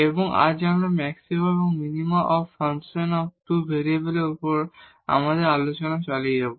এবং আজ আমরা ম্যাক্সিমা এবং minima of function of two ভেরিয়েবলেরMaxima Minima of Functions of Two Variables উপর আমাদের আলোচনা চালিয়ে যাব